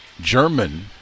German